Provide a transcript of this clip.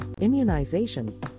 immunization